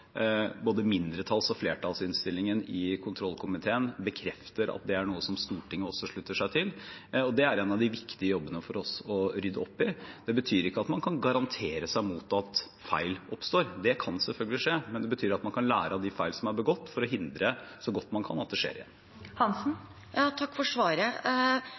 en av de viktige jobbene for oss å rydde opp i. Det betyr ikke at man kan garantere seg mot at feil oppstår – det kan selvfølgelig skje – men det betyr at man kan lære av de feil som er begått, for å hindre, så godt man kan, at det skjer igjen. Takk for svaret.